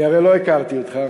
אני הרי לא הכרתי אותך,